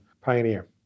Pioneer